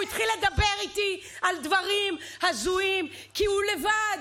הוא התחיל לדבר איתי על דברים הזויים כי הוא לבד.